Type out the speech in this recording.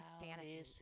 fantasy